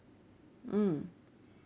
mm